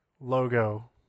logo